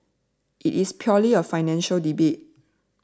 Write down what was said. it is purely a financial debate